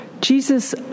Jesus